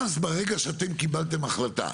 Once ברגע שאתם קיבלתם החלטה,